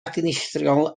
dinistriol